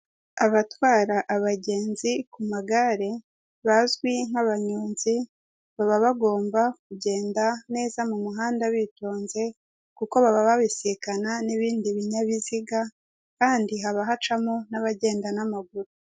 Abatwara abgenzi ku magare bazwi nk'abanyonzi baba bagomba kugenda neza bitonze kuko baba babisikana n'ibindi binyabiziga kandi haba hacamo n'abagenda n'amaguru.